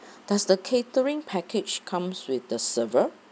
does the catering package comes with the server